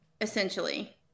essentially